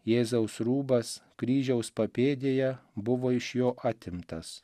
jėzaus rūbas kryžiaus papėdėje buvo iš jo atimtas